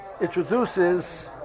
introduces